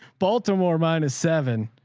baltimore minus seven,